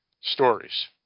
stories